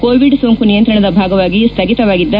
Covid ಸೋಂಕು ನಿಯಂತ್ರಣದ ಭಾಗವಾಗಿ ಸ್ಥಗಿತವಾಗಿದ್ದ